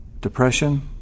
depression